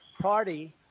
party